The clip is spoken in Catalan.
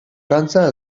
frança